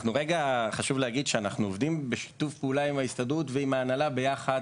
חשוב להגיד שאנחנו עובדים בשיתוף פעולה עם ההסתדרות ועם ההנהלה ביחד